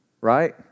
right